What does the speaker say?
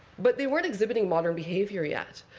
but they weren't exhibiting modern behavior yet.